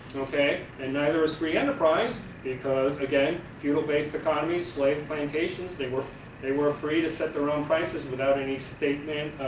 and neither is free enterprise because again, feudal based economies, slave plantations they were they were free to set their own prices without any statement,